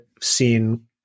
seen